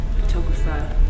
photographer